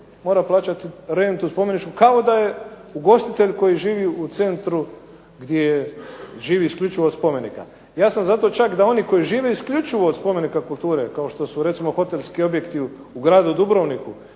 mora plaćati rentu spomeničku kao da je ugostitelj koji živi u centru gdje živi isključivo od spomenika. Ja sam za to čak da oni koji žive isključivo od spomenika kulture kao što su recimo hotelski objekti u gradu Dubrovniku